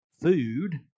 food